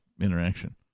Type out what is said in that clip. interaction